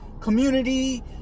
community